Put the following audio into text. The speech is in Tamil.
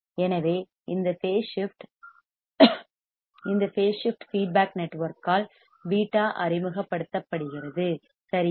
எனவே இந்த பேஸ் ஸிப்ட் இந்த பேஸ் ஸிப்ட் ஃபீட்பேக் நெட்வொர்க்கால் β அறிமுகப்படுத்தப்படுகிறது சரியா